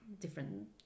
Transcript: different